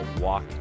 walk